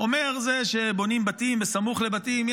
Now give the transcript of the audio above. אומר שזה שבונים בתים בסמוך לבתים,